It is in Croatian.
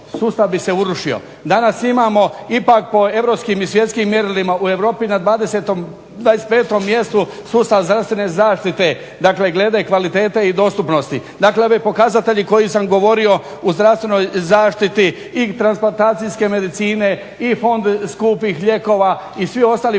Danas imamo ipak po Europskim i svjetskim mjerilima u Europi, na 20. i 25. mjestu sustav zdravstvene zaštite, znači glede kvalitete i dostupnosti. Dakle, ovi pokazatelji koje sam govorio u zdravstvenoj zaštiti i transplantacijske medicine i fond skupih lijekova i svi ostali pokazatelji